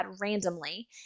randomly